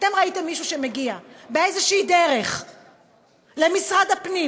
אתם ראיתם מישהו שמגיע באיזושהי דרך למשרד הפנים,